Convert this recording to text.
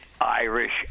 Irish